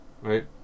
right